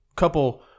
couple